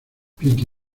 piti